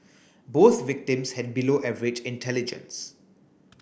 both victims had below average intelligence